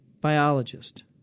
Biologist